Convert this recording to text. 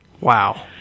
Wow